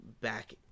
Back